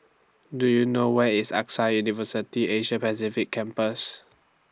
Do YOU know Where IS AXA University Asia Pacific Campus